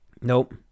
Nope